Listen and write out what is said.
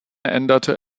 änderte